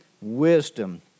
wisdom